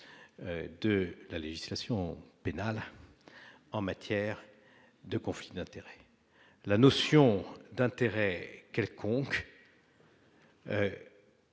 de la législation pénale en matière de confiner la notion d'intérêt quelconque.